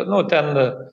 nu ten